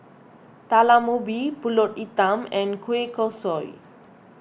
Talam Ubi Pulut Hitam and Kueh Kosui